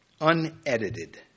unedited